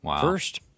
first